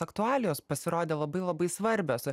aktualijos pasirodė labai labai svarbios